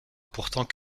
pourtant